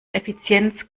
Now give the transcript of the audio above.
effizienz